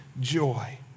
joy